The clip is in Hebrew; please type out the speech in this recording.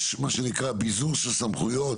יש מה שנקרא ביזור של סמכויות.